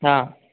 हां